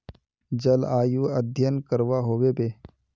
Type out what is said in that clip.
जलवायु अध्यन करवा होबे बे?